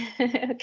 Okay